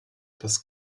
das